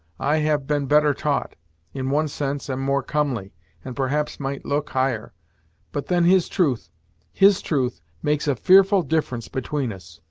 i have been better taught in one sense am more comely and perhaps might look higher but then his truth his truth makes a fearful difference between us!